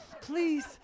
please